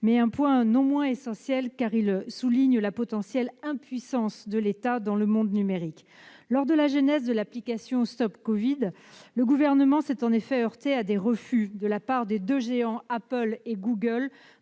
du débat, mais essentiel, car il souligne la potentielle impuissance de l'État dans le monde numérique. Dans la genèse de l'application StopCovid, le Gouvernement s'est heurté au refus des deux géants Apple et Google